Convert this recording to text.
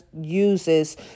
uses